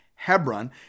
Hebron